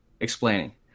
explaining